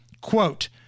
quote